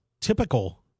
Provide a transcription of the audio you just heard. typical